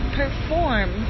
perform